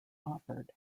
offered